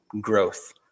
growth